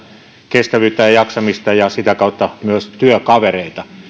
kestävyyttä ja ja jaksamista ja sitä kautta myös työkavereita